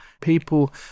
People